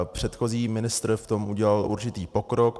Předchozí ministr v tom udělal určitý pokrok.